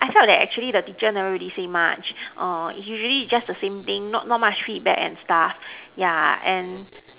I felt that the teacher never really say much orh is usually just the same thing not not much feedback and stuff yeah and